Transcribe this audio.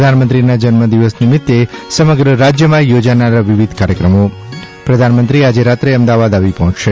પ્રધાનમંત્રીના જન્મદિવસ નિમિત્તે સમગ્ર રાજ્યમાં યોજાનારા વિવિધ કાર્યક્રમો પ્રધાનમંત્રી આજે રાત્રે અમદાવાદ આવી પહોંચશે